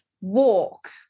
walk